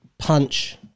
Punch